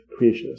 creationist